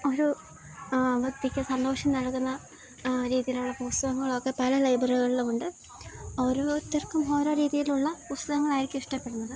ഒരു വ്യക്തിക്ക് സന്തോഷം നൽകുന്ന രീതിയിലുള്ള പുസ്തകങ്ങളൊക്കെ പല ലൈബ്രറികളിലുമുണ്ട് ഓരോരുത്തർക്കും ഓരോ രീതിയിലുള്ള പുസ്തകങ്ങളായിരിക്കും ഇഷ്ടപ്പെടുന്നത്